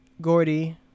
Gordy